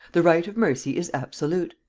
the right of mercy is absolute.